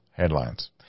headlines